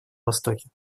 востоке